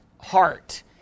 heart